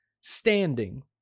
standing